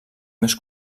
més